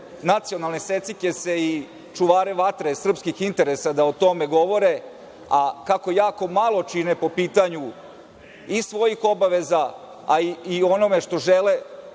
nacionalne secikese i čuvare vatre srpskih interesa da o tome govore, a kako jako malo čine po pitanju i svojih obaveza, a i o onome što žele